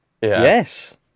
Yes